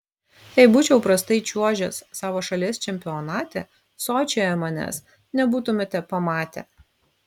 jei būčiau prastai čiuožęs savo šalies čempionate sočyje manęs nebūtumėte pamatę